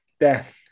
Death